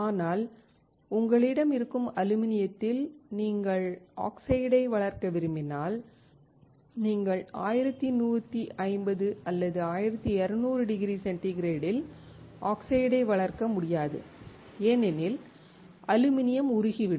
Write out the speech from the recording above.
ஆனால் உங்களிடம் இருக்கும் அலுமினியத்தில் நீங்கள் ஆக்ஸைடை வளர்க்க விரும்பினால் நீங்கள் 1150 அல்லது 1200 டிகிரி சென்டிகிரேடில் ஆக்சைடை வளர்க்க முடியாது ஏனெனில் அலுமினியம் உருகிவிடும்